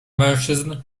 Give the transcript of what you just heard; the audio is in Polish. mężczyzn